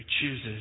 chooses